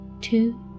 two